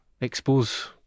Expose